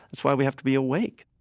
that's why we have to be awake